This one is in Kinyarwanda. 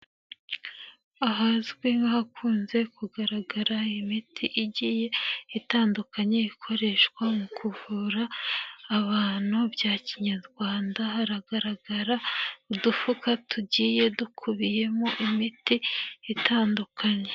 Ahazwi nk'ahakunze kugaragara imiti igiye itandukanye ikoreshwa mu kuvura, abantu bya kinyarwanda haragaragara, udufuka tugiye dukubiyemo imiti, itandukanye.